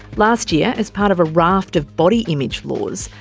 last year as part of a raft of body image laws,